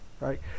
right